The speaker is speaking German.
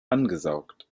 angesaugt